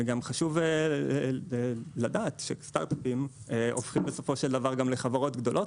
גם חשוב לדעת שסטארט-אפים הופכים בסופו של דבר גם לחברות גדולות.